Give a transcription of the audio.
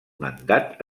mandat